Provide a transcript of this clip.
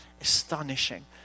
astonishing